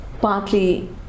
Partly